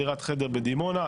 דירת חדר בדימונה,